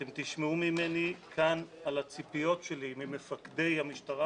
אתם תשמעו ממני כאן על הציפיות שלי ממפקדי המשטרה